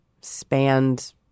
spanned